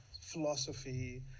philosophy